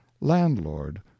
Landlord